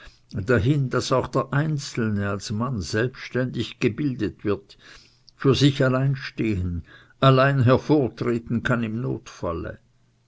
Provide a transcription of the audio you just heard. dahin daß auch der einzelne als mann selbständig gebildet wird für sich allein stehen allein hervortreten kann im notfalle